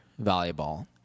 volleyball